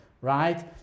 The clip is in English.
right